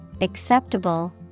acceptable